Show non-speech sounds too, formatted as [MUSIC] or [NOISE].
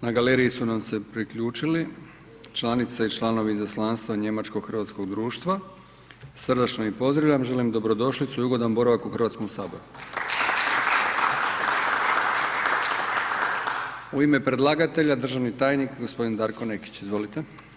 na galeriji su nam se priključili članice i članovi Izaslanstva njemačko-hrvatskog društva, srdačno ih pozdravljam, želim dobrodošlicu i ugodan boravak u HS. … [APPLAUSE] U ime predlagatelja državni tajnik g. Darko Nekić, izvolite.